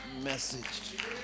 message